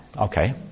Okay